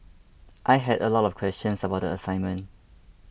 I had a lot of questions about the assignment